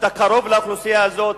אתה קרוב לאוכלוסייה הזאת,